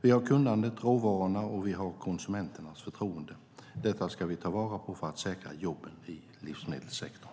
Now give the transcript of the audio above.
Vi har kunnandet, råvarorna och konsumenternas förtroende. Detta ska vi ta vara på för att säkra jobben i livsmedelssektorn.